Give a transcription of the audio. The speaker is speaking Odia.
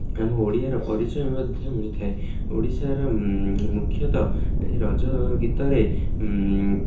ଆମ ଓଡ଼ିଆର ପରିଚୟ ମଧ୍ୟ ମିଳିଥାଏ ଓଡ଼ିଶାର ମୁଖ୍ୟତଃ ରଜ ଗୀତରେ